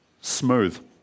smooth